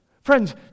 Friends